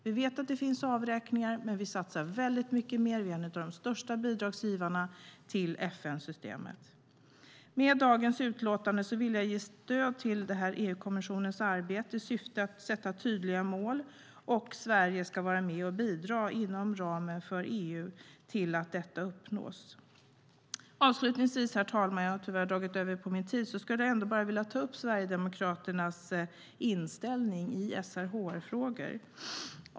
Vi vet att det finns avräkningar, men vi satsar mer. Vi är en av de största bidragsgivarna till FN-systemet. Med dagens utlåtande vill jag ge stöd till EU-kommissionens arbete i syfte att sätta tydliga mål. Sverige ska vara med och bidra inom ramen för EU till att detta uppnås. Herr talman! Jag vill avslutningsvis ta upp Sverigedemokraternas inställning i SRHR-frågor.